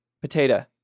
potato